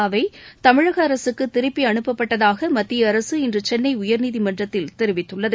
அவை தமிழக அரசுக்கு திருப்பி அனுப்பப்பட்டதாக மத்திய அரசு இன்று சென்னை உயர்நீதிமன்றத்தில் தெரிவித்துள்ளது